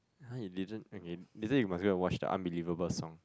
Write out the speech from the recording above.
!huh! you didn't okay later you must go and watch the unbelievable song